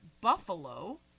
Buffalo